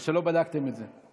או שלא בדקתם את זה?